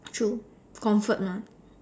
true comfort mah